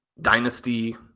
dynasty